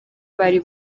bari